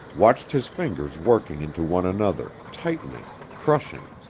watched his fingers working into one another, tightening, crushing.